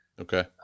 okay